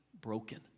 broken